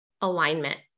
alignment